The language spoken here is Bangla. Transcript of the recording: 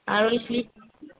আর ওই স্লিপ